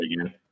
again